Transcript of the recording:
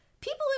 People